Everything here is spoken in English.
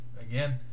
again